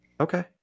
Okay